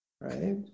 right